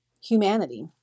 humanity